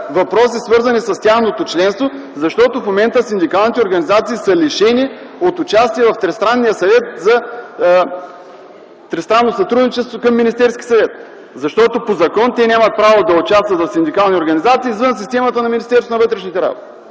въпроси, свързани с тяхното членство, защото в момента синдикалните организации са лишени от участие в Съвета за тристранно сътрудничество към Министерския съвет. По закон те нямат право да участват в синдикални организации извън системата на Министерството на вътрешните работи.